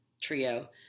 trio